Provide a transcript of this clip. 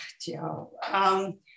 Joe